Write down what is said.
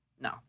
No